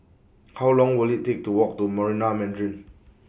How Long Will IT Take to Walk to Marina Mandarin